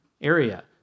area